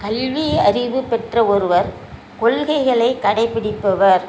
கல்வி அறிவு பெற்ற ஒருவர் கொள்கைகளை கடைப்பிடிப்பவர்